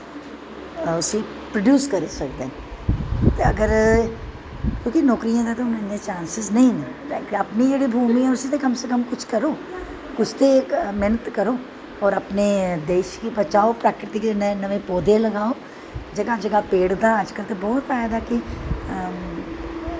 उसी प्रोडयूस करी सकदे न क्योंकि नौकरियें दे ते इन्नें चांसिस नेंई न अपनी जेह्ड़ा भूमी ऐ उसी ते कम से कम कुश करो उसच ते मैह्नत करो ते अपनें देशगी बचाओ नमें नमें पौधे लगाओ जगां जगां पेड़ दा ते अज्ज कल बौह्त फायदा